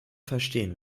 verstehen